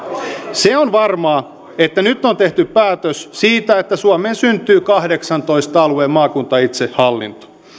se on varmaa että nyt on tehty päätös siitä että suomeen syntyy kahdeksaantoista alueen maakuntaitsehallinto se